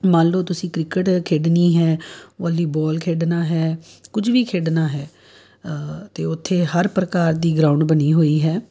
ਮੰਨ ਲਓ ਤੁਸੀਂ ਕ੍ਰਿਕਟ ਖੇਡਣੀ ਹੈ ਵੋਲੀਬੋਲ ਖੇਡਣਾ ਹੈ ਕੁਝ ਵੀ ਖੇਡਣਾ ਹੈ ਤਾਂ ਉੱਥੇ ਹਰ ਪ੍ਰਕਾਰ ਦੀ ਗਰਾਊਂਡ ਬਣੀ ਹੋਈ ਹੈ